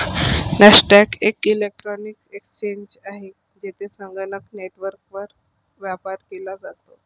Nasdaq एक electronic exchange आहे, जेथे संगणक नेटवर्कवर व्यापार केला जातो